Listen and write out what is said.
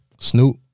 Snoop